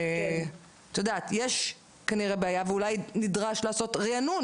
יש כנראה בעיה ואולי נדרש לעשות ריענון